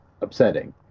upsetting